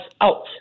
out